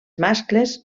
mascles